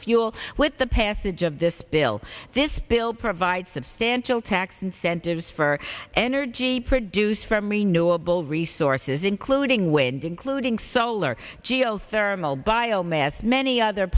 fuel with the passage of this bill this bill provides substantial tax incentives for energy produce from renewable resources including wind including solar geothermal bio mass many other